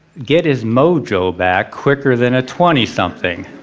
get his mojo back quicker then a twenty something?